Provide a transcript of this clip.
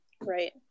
Right